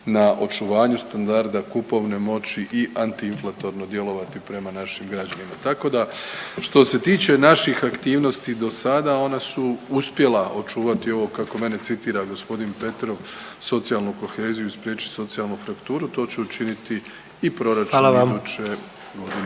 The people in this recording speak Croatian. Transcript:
na očuvanju standarda, kupovne moći i antiinflatorno djelovati prema našim građanima, tako da što se tiče naših aktivnosti do sada, ona su uspjela očuvati ovo, kako mene citira g. Petrov, socijalnu koheziju i spriječiti socijalnu frakturu, to ću učiniti i proračun iduće godine.